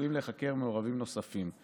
וצפויים להיחקר מעורבים נוספים.